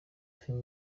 filime